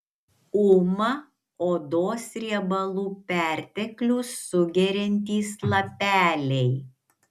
uma odos riebalų perteklių sugeriantys lapeliai